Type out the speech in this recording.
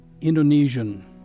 Indonesian